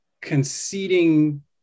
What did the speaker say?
conceding